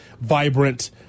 vibrant